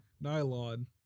nylon